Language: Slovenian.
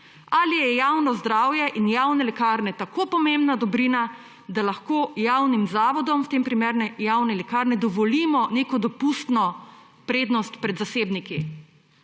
Ali je javno zdravje in javne lekarne tako pomembna dobrina, da lahko javnim zavodom, v tem primeru javne lekarne, dovolimo neko dopustno prednost pred zasebniki?